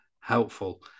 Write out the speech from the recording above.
helpful